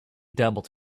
dabbled